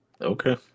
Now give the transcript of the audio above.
Okay